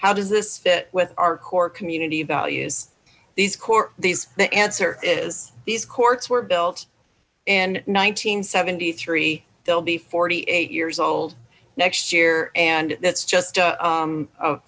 how does this fit with our core community values these court these the answer is these courts were built in nineteen seventy three they'll be forty eight years old next year and that's just